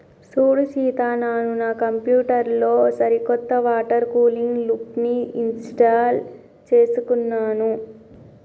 సూడు సీత నాను నా కంప్యూటర్ లో సరికొత్త వాటర్ కూలింగ్ లూప్ని ఇంస్టాల్ చేసుకున్నాను